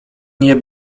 nie